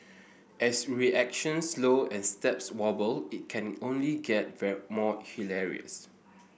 as reactions slow and steps wobble it can only get more hilarious